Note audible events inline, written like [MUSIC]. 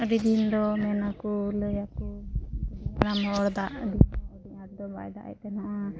ᱟᱹᱰᱤᱫᱤᱱᱫᱚ ᱢᱮᱱᱟᱠᱚ ᱞᱟᱹᱭᱟᱠᱚ [UNINTELLIGIBLE] ᱫᱟᱜ [UNINTELLIGIBLE] ᱟᱹᱰᱤ ᱟᱴᱫᱚ ᱵᱟᱭ ᱫᱟᱜᱮᱫ ᱛᱮᱦᱮᱱᱟ